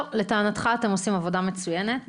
טוב, לטענתך אתם עושים עבודה מצוינת.